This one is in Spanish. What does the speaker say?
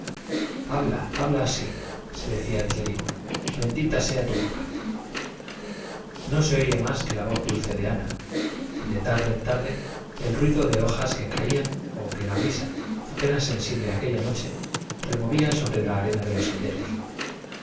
habla habla así se decía el clérigo bendita sea tu boca no se oía más que la voz dulce de ana y de tarde en tarde el ruido de hojas que caían o que la brisa apenas sensible aquella noche removía sobre la arena de los senderos